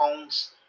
phones